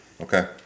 Okay